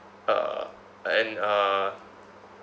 uh and uh